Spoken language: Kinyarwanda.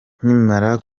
nkimara